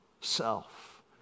self